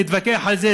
נתווכח על זה,